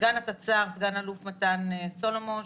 סגן התצ"ר סא"ל מתן סולומוש,